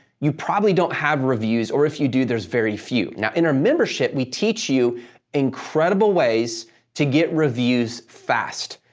you probably don't have reviews or if you do, there's very few. now, in our membership, we teach you incredible ways to get reviews fast.